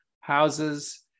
houses